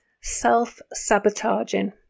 self-sabotaging